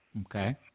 okay